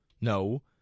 No